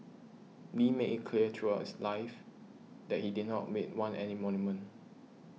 Lee made it clear throughout his life that he did not admit want any monument